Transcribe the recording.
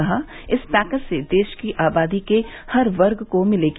कहा इस पैकेज से देश की आबादी के हर वर्ग को राहत मिलेगी